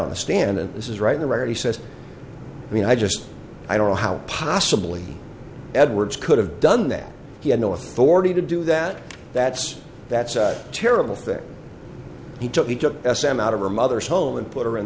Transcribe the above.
on the stand and this is right the rarity says i mean i just i don't know how possibly edwards could have done that he had no authority to do that that's that's a terrible thing he took he took s m out of her mother's home and put her in